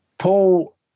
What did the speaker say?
Paul